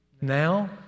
Now